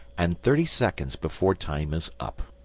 and thirty seconds before time is up.